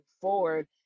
forward